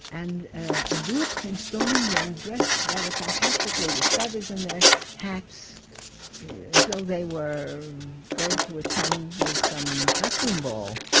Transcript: and a group came storming in dressed rather fantastically with feathers in their hats as though they were going to attend some costume ball,